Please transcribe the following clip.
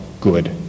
good